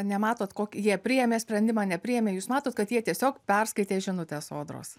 nematot kokį jie priėmė sprendimą nepriėmė jūs matot kad jie tiesiog perskaitė žinutę sodros